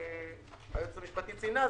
שהיועצת המשפטית לוועדה ציינה,